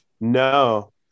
no